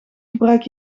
gebruik